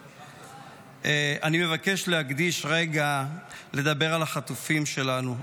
אני מבקש להקדיש רגע לדבר על החטופים שלנו,